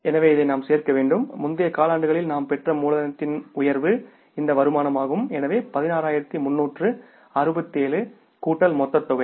எனவே இதை நாம் சேர்க்க வேண்டும் முந்தைய காலாண்டுகளில் நாம் பெற்ற மூலதனத்தின் உயர்வு இந்த வருமானமாகும் எனவே 16367 கூட்டல் மொத்த தொகை